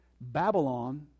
Babylon